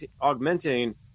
augmenting